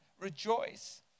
rejoice